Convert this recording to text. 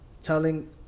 Telling